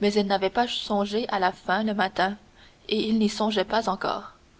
mais il n'avait pas songé à la faim le matin et il n'y songeait pas encore